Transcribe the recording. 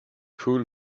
pull